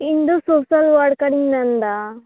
ᱤᱧ ᱫᱚ ᱥᱚᱥᱟᱞ ᱳᱭᱟᱨᱠᱟᱨᱤᱧ ᱢᱮᱱᱫᱟ